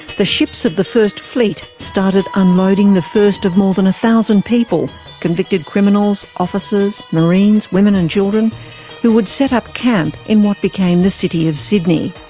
the ships of the first fleet started unloading the first of more than a thousand people convicted criminals, officers, marines, women and children who would set up camp in what became the city of sydney.